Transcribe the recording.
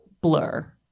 blur